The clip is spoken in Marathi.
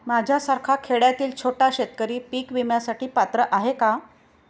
माझ्यासारखा खेड्यातील छोटा शेतकरी पीक विम्यासाठी पात्र आहे का?